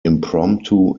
impromptu